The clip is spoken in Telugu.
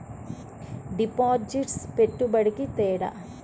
డిపాజిట్కి పెట్టుబడికి తేడా?